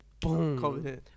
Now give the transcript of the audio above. boom